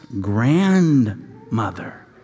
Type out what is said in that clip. grandmother